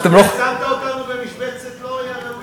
שאתם לא, שמת אותנו במשבצת לא ראויה.